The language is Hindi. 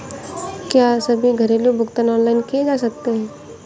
क्या सभी घरेलू भुगतान ऑनलाइन किए जा सकते हैं?